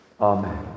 Amen